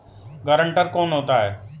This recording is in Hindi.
गारंटर कौन होता है?